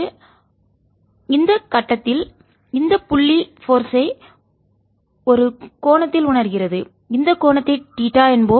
எனவே இந்த கட்டத்தில் இந்த புள்ளி போர்ஸ் விசைT ஐ ஒரு கோணத்தில் உணர்கிறது இந்த கோணத்தை தீட்டா என்போம்